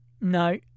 No